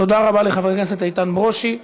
תודה רבה לחבר הכנסת איתן ברושי.